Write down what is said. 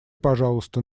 пожалуйста